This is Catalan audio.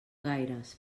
gaires